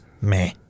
meh